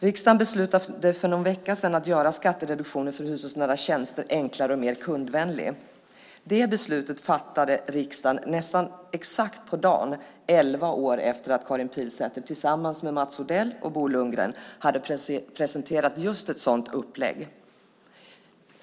Riksdagen beslutade för någon vecka sedan att göra skattereduktionen för hushållsnära tjänster enklare och mer kundvänlig. Det beslutet fattade riksdagen nästan exakt på dagen elva år efter att Karin Pilsäter tillsammans med Mats Odell och Bo Lundgren presenterade just ett sådant upplägg.